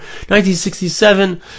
1967